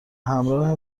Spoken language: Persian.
همراه